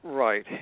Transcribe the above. Right